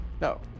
No